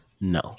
no